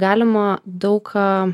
galima daug ką